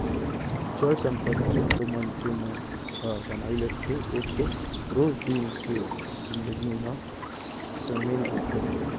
चल संपत्ति तो मनखे मन ह बनाई लेथे ओ तो रोज दिन के जिनगी म सामिल रहिथे